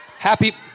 Happy